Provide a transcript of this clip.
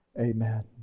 amen